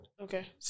Okay